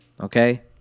okay